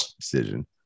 decision